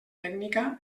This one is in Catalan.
tècnica